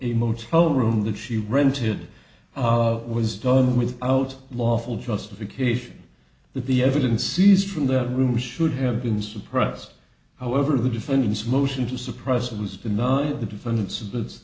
a motel room that she rented was done without lawful justification that the evidence seized from that room should have been suppressed however the defendant's motion to suppress was denied the defendant